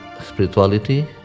spirituality